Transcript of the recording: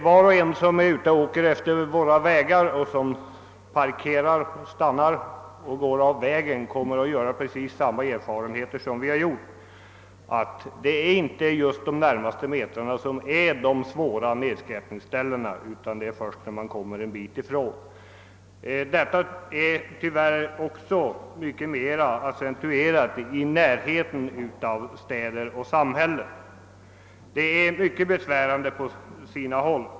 Var och en som parkerar bilen vid ett rastställe utefter vägarna kommer att göra precis samma erfarenheter som vi, nämligen att nedskräpningen inte är värst närmast rastplatserna utan en bit därifrån. Detta är tyvärr mycket mera accentuerat i närheten av städer och andra samhällen, och på sina håll är situationen mycket besvärande.